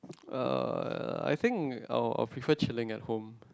uh I think I would prefer chilling at home